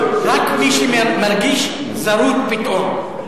רק מי שמרגיש זרות פתאום,